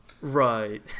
right